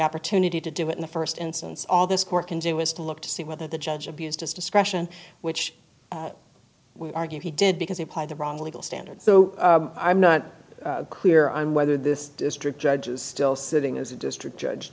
opportunity to do it in the first instance all this court can do is to look to see whether the judge abused his discretion which we argue he did because he applied the wrong legal standard so i'm not clear on whether this district judge is still sitting as a district judge